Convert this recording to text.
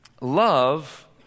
love